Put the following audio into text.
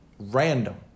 Random